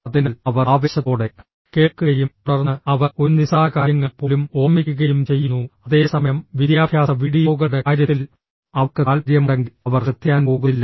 അതിനാൽ അവർ ആവേശത്തോടെ കേൾക്കുകയും തുടർന്ന് അവർ ഒരു നിസ്സാരകാര്യങ്ങൾ പോലും ഓർമ്മിക്കുകയും ചെയ്യുന്നു അതേസമയം വിദ്യാഭ്യാസ വീഡിയോകളുടെ കാര്യത്തിൽ അവർക്ക് താൽപ്പര്യമുണ്ടെങ്കിൽ അവർ ശ്രദ്ധിക്കാൻ പോകുന്നില്ല